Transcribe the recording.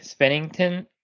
Spennington